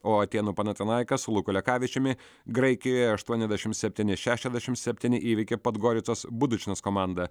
o atėnų panatinaikas su luku lekavičiumi graikijoje aštuoniasdešim septyni šešiasdešim septyni įveikė podgoricos budočnost komandą